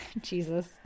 Jesus